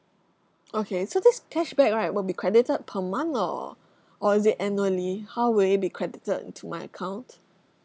okay so this cashback right will be credited per month or or is it annually how will it be credited into my account